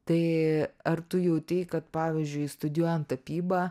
tai ar tu jautei kad pavyzdžiui studijuojant tapybą